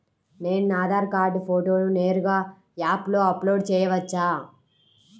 నేను నా ఆధార్ కార్డ్ ఫోటోను నేరుగా యాప్లో అప్లోడ్ చేయవచ్చా?